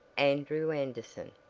andrew anderson.